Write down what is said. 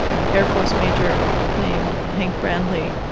an air force major named hank brandli,